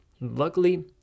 luckily